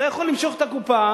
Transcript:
אתה יכול למשוך את הקופה,